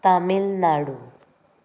Tamil Nadu